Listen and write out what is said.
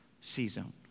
C-zone